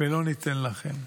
לא ניתן לכם.